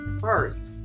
first